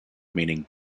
meaning